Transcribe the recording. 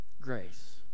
Grace